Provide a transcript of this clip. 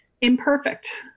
imperfect